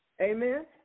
Amen